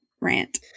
rant